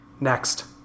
Next